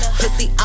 pussy